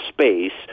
space